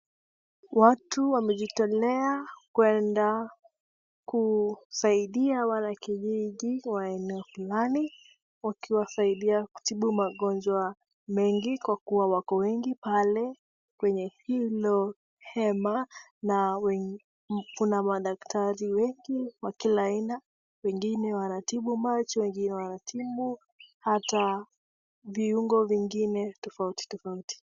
Watu wamejitolea kwenda kusaidia wanakijiji wa eneo fulani wakiwasaidia kutibu magonjwa mengi kwa kuwa wako wengi pale kwenye hilo hema na kuna madaktari wengi wa kila aina wengine wanatibu macho wengine wanatibu hata viungo tofauti tofauti.